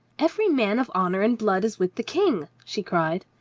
every man of honor and blood is with the king! she cried.